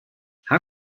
how